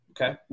Okay